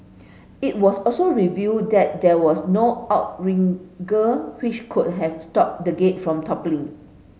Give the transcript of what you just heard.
it was also revealed that there was no outrigger which could have stopped the gate from toppling